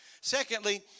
Secondly